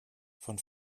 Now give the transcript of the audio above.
von